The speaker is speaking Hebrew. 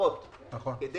המסגרות כדי